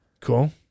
Cool